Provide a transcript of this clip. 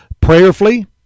prayerfully